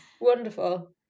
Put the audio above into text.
wonderful